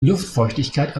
luftfeuchtigkeit